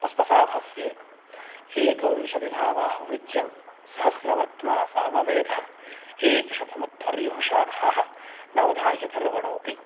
पस्पशा भाष्ये एकविंशतिधा बाह्वृच्यं सहस्रवर्त्मा सामवेदः एकशतमध्वर्युशाखाः नवधा ह्यथर्वणोऽपि